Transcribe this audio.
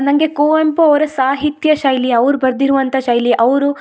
ನಂಗೆ ಕುವೆಂಪು ಅವರ ಸಾಹಿತ್ಯ ಶೈಲಿ ಅವ್ರು ಬರ್ದಿರುವಂಥ ಶೈಲಿ ಅವರು